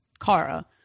Kara